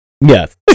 yes